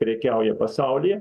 prekiauja pasaulyje